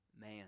man